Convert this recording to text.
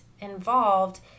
involved